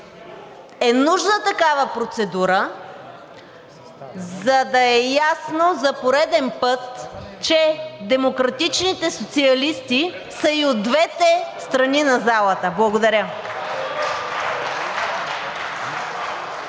е нужна такава процедура, за да е ясно за пореден път, че демократичните социалисти са и от двете страни на залата. Благодаря.